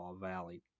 Valley